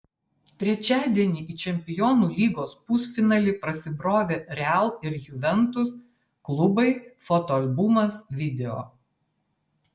trečiadienį į čempionų lygos pusfinalį prasibrovė real ir juventus klubai fotoalbumas video